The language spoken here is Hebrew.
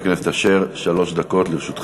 בבקשה, חבר הכנסת אשר, שלוש דקות לרשותך.